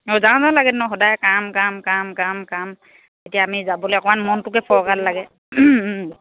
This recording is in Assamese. অঁ যাও যাও লাগেতোন আকৌ সদায় কাম কাম কাম কাম কাম এতিয়া আমি যাবলৈ অকণমান মনটোকে ফৰকাল লাগে